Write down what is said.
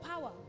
power